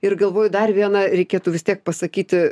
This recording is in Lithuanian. ir galvoju dar viena reikėtų vis tiek pasakyti